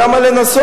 אבל למה לנסות?